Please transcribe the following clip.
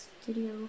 studio